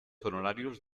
honorarios